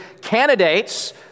candidates